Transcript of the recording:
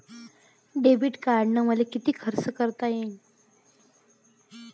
Debit कार्डानं मले किती खर्च करता येते?